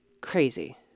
crazy